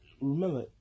Remember